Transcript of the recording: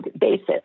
basis